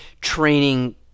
training